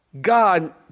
God